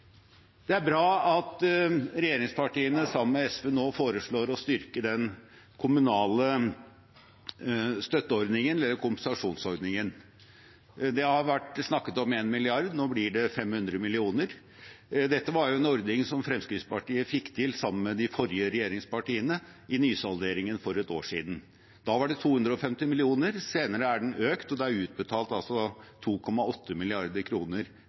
Det er bra at regjeringspartiene sammen med SV nå foreslår å styrke den kommunale støtteordningen, eller kompensasjonsordningen. Det har vært snakket om 1 mrd. kr. Nå blir det 500 mill. kr. Dette var en ordning som Fremskrittspartiet fikk til sammen med de forrige regjeringspartiene i nysalderingen for et år siden. Da var det 250 mill. kr. Senere er den økt, og det er utbetalt 2,8